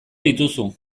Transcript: dituzu